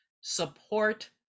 support